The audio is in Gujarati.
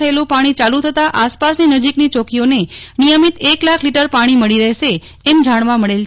થયેલું પાણી ચાલુ થતાં આસપાસની નજીકની ચોકીઓને નિયમિત એક લાખ લિટર પાણી મળી રહેશે એમ જાણવા મળેલ છે